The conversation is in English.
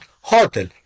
hotel